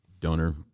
donor